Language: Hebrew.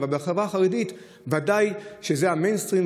אבל בחברה החרדית בוודאי שזה המיינסטרים,